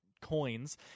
coins